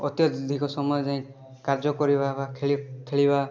ଅତ୍ୟଧିକ ସମୟ ଯାଏଁ କାର୍ଯ୍ୟ କରିବା ବା ଖେଳି ଖେଳିବା